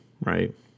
Right